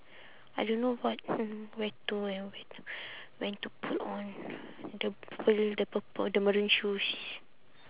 I don't know what mm where to and when when to put on the purple the purple the maroon shoes